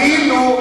אפילו,